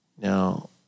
Now